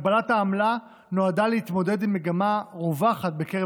הגבלת העמלה נועדה להתמודד עם מגמה רווחת בקרב